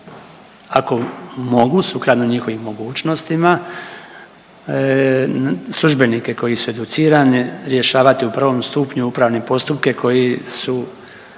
ako mogu sukladno njihovim mogućnostima službenike koji su educirani rješavati u prvom stupnju upravne postupke koji su